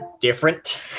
different